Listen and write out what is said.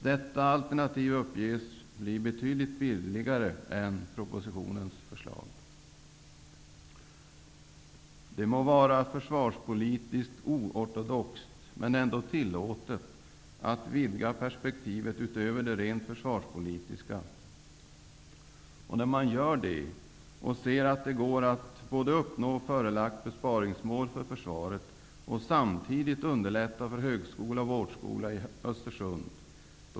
Detta alternativ uppges bli betydligt billigare än propositionens förslag. Det må vara försvarspolitiskt oortodoxt men ändå tillåtet att vidga perspektivet utöver det rent försvarspolitiska. När man nu gör det och ser man att det går att uppnå förelagt besparingsmål för försvaret, samtidigt som man underlättar för högskola och vårdskola i Östersund.